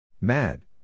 Mad